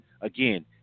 again